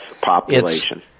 population